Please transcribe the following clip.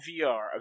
VR